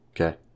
Okay